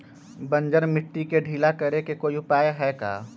बंजर मिट्टी के ढीला करेके कोई उपाय है का?